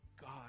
god